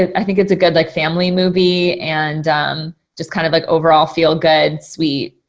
i think it's a good like family movie and just kind of like overall feel good, sweet.